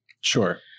Sure